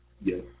yes